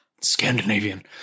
Scandinavian